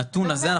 הנתון הזה,